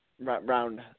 round